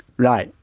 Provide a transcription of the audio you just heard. right.